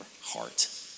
heart